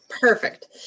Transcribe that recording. perfect